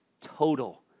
total